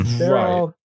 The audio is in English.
right